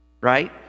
right